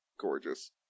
gorgeous